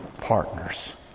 partners